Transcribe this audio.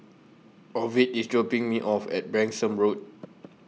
Ovid IS dropping Me off At Branksome Road